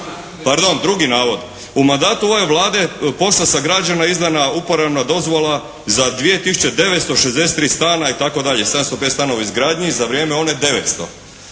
pardon. Drugi navod. U mandatu ove Vlade POS-a sagrađeno je, izdana je uporabna dozvola za 2 tisuće 963 stana itd., 705 stanova u izgradnji za vrijeme one 900.